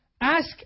Ask